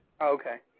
Okay